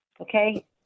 Okay